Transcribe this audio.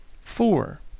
Four